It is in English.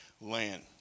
land